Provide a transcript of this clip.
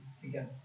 together